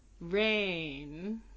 Rain